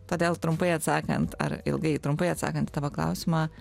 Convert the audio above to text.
todėl trumpai atsakant ar ilgai trumpai atsakant į tavo klausimą